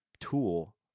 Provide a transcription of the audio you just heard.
tool